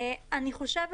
אני חושבת